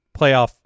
playoff